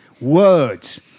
Words